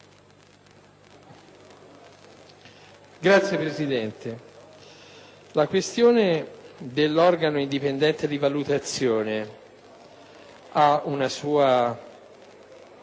Signor Presidente, la questione dell'organo indipendente di valutazione ha una sua